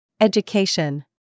Education